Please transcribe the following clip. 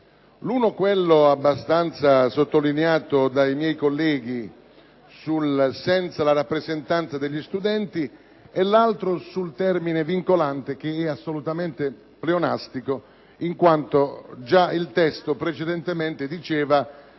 l'uno, abbastanza sottolineato dai miei colleghi, con l'espressione «senza la rappresentanza degli studenti»; e l'altro con il termine «vincolante», che è assolutamente pleonastico in quanto già il testo precedentemente diceva